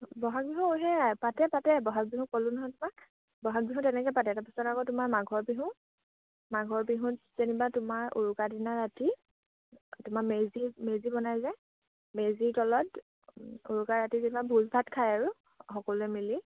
ব'হাগ বিহু সেয়াই পাতে পাতে ব'হাগ বিহু ক'লো নহয় তোমাৰ বহাগ বিহুত তেনেকে পাতে তাৰপিছত আকৌ তোমাৰ মাঘৰ বিহু মাঘৰ বিহুত যেনিবা তোমাৰ উৰুকা দিনা ৰাতি তোমাৰ মেজি মেজি বনাই যায় মেজিৰ তলত উৰুকা ৰাতি যেনিবা ভোজ ভাত খায় আৰু সকলোৱে মিলি